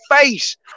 face